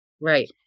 Right